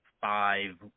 five